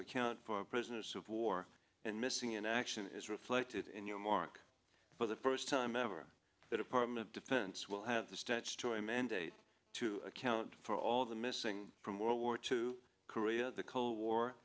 account for prisoners of war and missing in action is reflected in your mark for the first time ever the department of defense will have the statutory mandate to account for all the missing from world war two korea the cold war